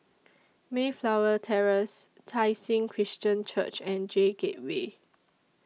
Mayflower Terrace Tai Seng Christian Church and J Gateway